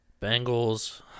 Bengals